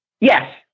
Yes